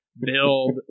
build